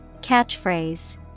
Catchphrase